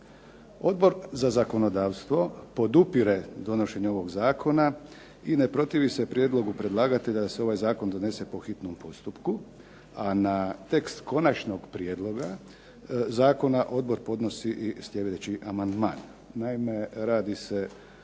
Odbor za zakonodavstvo podupire donošenje ovog zakona i ne protivi se prijedlogu predlagatelja da se ovaj zakon donese po hitnom postupku. A na tekst konačnog prijedloga zakona odbor podnosi i sljedeći amandman.